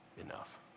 enough